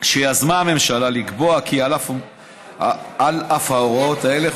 שיזמה הממשלה לקבוע כי על אף הוראות אלה,